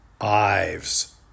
Ives